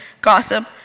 gossip